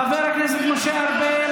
חבר הכנסת משה ארבל,